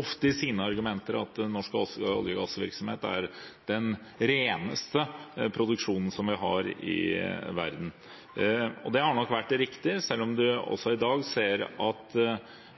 ofte i sin argumentasjon at norsk olje- og gassvirksomhet er den reneste produksjonen som finnes i verden. Det har nok vært riktig, selv om en i dag ser at